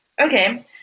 Okay